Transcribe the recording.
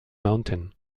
mountain